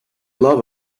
love